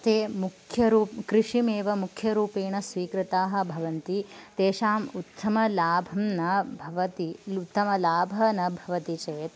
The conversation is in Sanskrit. ते मुख्य रू कृषिम् एव मुख्यरूपेण स्वीकृताः भवन्ति तेषां उत्तमलाभं न भवति उत्तमलाभः न भवति चेत्